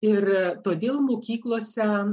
ir todėl mokyklose